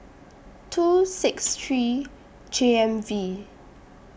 two six three J M V